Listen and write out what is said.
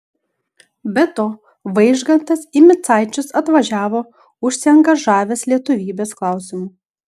be to vaižgantas į micaičius atvažiavo užsiangažavęs lietuvybės klausimu